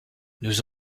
nous